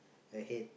ahead